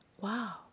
wow